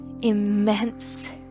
immense